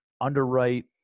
underwrite